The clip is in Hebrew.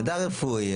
מידע רפואי.